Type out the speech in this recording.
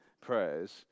prayers